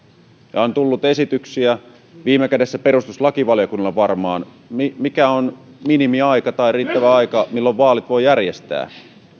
on tullut esityksiä viime kädessä perustuslakivaliokunnalle varmaan siitä mikä on minimiaika tai riittävä aika milloin vaalit voi järjestää